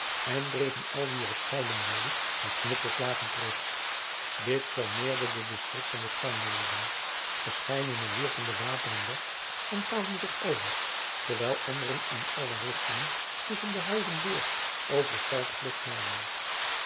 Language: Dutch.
en dreven al wie er schuilen wilde met knuppelslagen terug dit vermeerderde de schrik van den spanjaarden verscheidenen wierpen de wapenen weg en gaven zich over terwijl anderen in alle richtingen tusschen de huizen door over het veld de vlucht namen